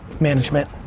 management.